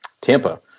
Tampa